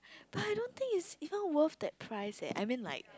but I don't think it's even worth that prize eh I mean like